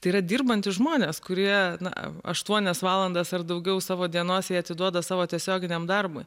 tai yra dirbantys žmonės kurie na aštuonias valandas ar daugiau savo dienos jie atiduoda savo tiesioginiam darbui